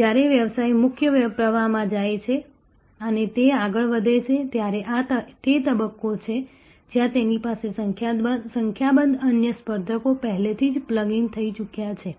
જ્યારે વ્યવસાય મુખ્ય પ્રવાહમાં જાય છે અને તે આગળ વધે છે ત્યારે આ તે તબક્કો છે જ્યાં તેની પાસે સંખ્યાબંધ અન્ય સ્પર્ધકો પહેલેથી જ પ્લગ ઈન થઈ ચૂક્યા છે